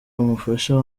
umufasha